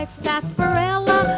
sarsaparilla